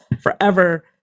forever